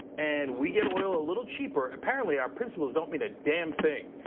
and we get oil a little cheaper, apparently our principles don't mean a damn thing.